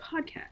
podcast